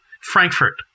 Frankfurt